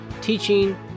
Teaching